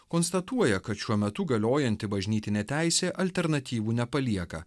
konstatuoja kad šiuo metu galiojanti bažnytinė teisė alternatyvų nepalieka